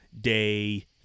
day